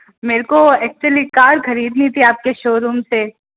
मेरको actually car खरीदनी थी आपके शोरूम से